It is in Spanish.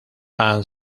han